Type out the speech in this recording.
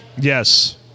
Yes